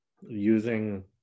using